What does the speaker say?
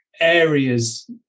areas